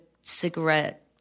cigarette